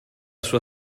sua